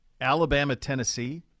Alabama-Tennessee